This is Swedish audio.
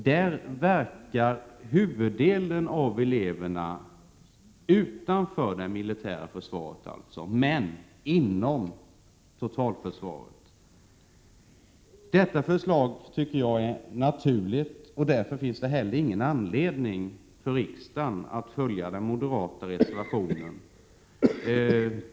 Huvuddelen av dess elever är verksamma utanför det militära försvaret men inom totalförsvaret. Jag tycker att det som föreslås av regeringen är naturligt och att det därför inte heller finns någon anledning för riksdagen att bifalla den moderata reservationen.